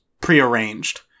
prearranged